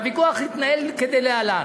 והוויכוח התנהל כדלהלן: